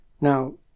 Now